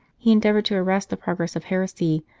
he endeavoured to arrest the progress of heresy,